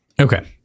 Okay